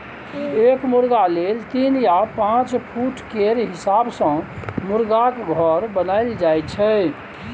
एक मुरगा लेल तीन या पाँच फुट केर हिसाब सँ मुरगाक घर बनाएल जाइ छै